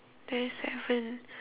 there is seven